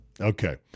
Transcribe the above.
Okay